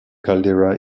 caldera